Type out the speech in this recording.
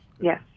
Yes